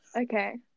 Okay